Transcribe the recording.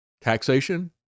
taxation